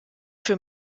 für